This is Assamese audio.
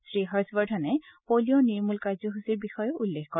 শ্ৰীবৰ্ধনে পলিঅ নিৰ্মুল কাৰ্য্যসূচীৰ বিষয়েও উল্লেখ কৰে